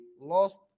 lost